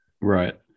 Right